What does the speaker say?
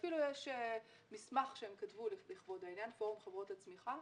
ואפילו יש מסמך שכתבו לכבוד העניין פורום חברות הצמיחה,